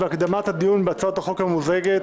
ולהקדמת הדיון בהצעת חוק הממוזגת,